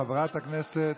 חברת הכנסת